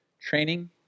training